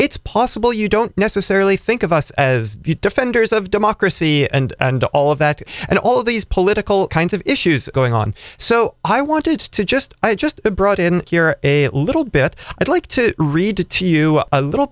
it's possible you don't necessarily think of us as you defenders of democracy and and all of that and all of these political kinds of issues going on so i wanted to just i just brought in a little bit i'd like to read to to you a little